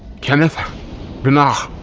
k-kenneth branaugh,